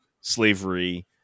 slavery